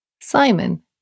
Simon